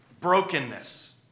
Brokenness